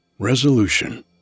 Resolution